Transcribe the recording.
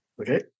Okay